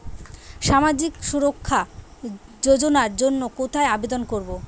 সামাজিক সুরক্ষা যোজনার জন্য কোথায় আবেদন করব?